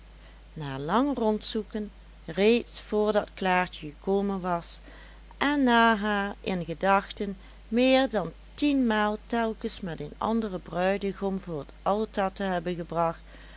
na lang rondzoeken reeds voordat klaartje gekomen was en na haar in gedachten meer dan tienmaal telkens met een anderen bruidegom voor het altaar te hebben gebracht